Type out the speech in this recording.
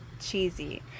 cheesy